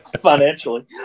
financially